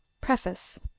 Preface